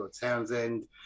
Townsend